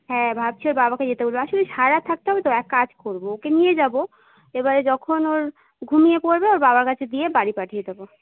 হ্যাঁ ভাবছি ওর বাবাকে যেতে বলব আসলে সারারাত থাকতে হবে তো এক কাজ করব ওকে নিয়ে যাব এবারে যখন ওর ঘুমিয়ে পড়বে ওর বাবার কাছে দিয়ে বাড়ি পাঠিয়ে দেবো